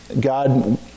God